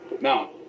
Now